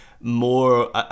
more